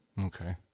Okay